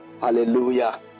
Hallelujah